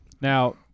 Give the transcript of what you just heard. Now